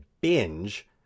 binge